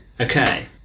Okay